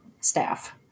staff